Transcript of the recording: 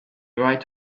right